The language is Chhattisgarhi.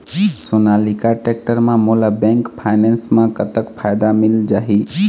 सोनालिका टेक्टर म मोला बैंक फाइनेंस म कतक फायदा मिल जाही?